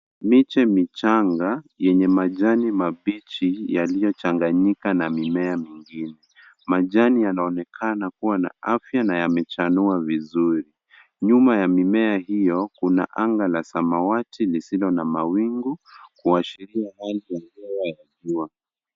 Miche michanga yenye majani mabichi yaliyo changanyika na mimea mingine, majani yanaonekana kuwa na afya na yamechanua vizuri nyuma ya mimea hiyo kuna anga la samawati lisilo na mawingu kuashiria hali ya jua.